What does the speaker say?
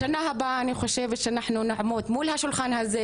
בשנה הבאה אני חושבת שאנחנו נשב מול השולחן הזה